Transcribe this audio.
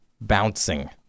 Bouncing